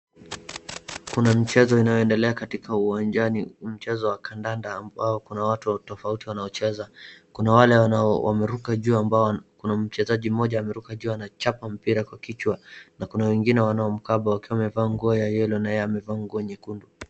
Kuna mchezo inayoendelea katika uwanjani mchezo wa kadanda, ambao kuna watu tofauti wanaocheza. Kuna wale wanao wameruka juu ambao, kuna mchezaji mmoja ameruka juu anachapa mpira kwa kichwa, na kuna wengine wanao mkaba wakiwa wamevaa nguo ya yellow na yeye amevaa nguo nyekundu.